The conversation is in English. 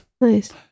Nice